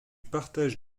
partage